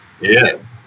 Yes